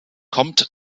kommt